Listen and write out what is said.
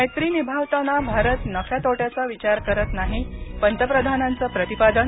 मैत्री निभावताना भारत नफ्या तोट्याचा विचार करत नाही पंतप्रधानांचं प्रतिपादन